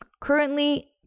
Currently